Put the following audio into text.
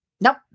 nope